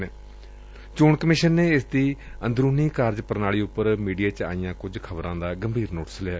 ਚੋਣ ਕਮਿਸ਼ਨ ਨੇ ਇਸ ਦੀ ਅੰਦਰੂਨੀ ਕਾਰਜਪ੍ਣਾਲੀ ਉਪਰ ਮੀਡੀਆ 'ਚ ਆਈਆਂ ਕੁਝ ਖਬਰਾਂ ਦਾ ਗੰਭੀਰ ਨੋਟਿਸ ਲਿਐ